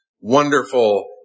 wonderful